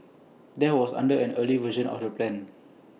that was under an earlier version of the plan